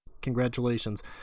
Congratulations